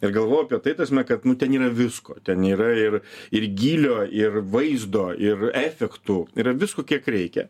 ir galvojau apie tai tasme kad nu ten yra visko ten yra ir ir gylio ir vaizdo ir efektų yra visko kiek reikia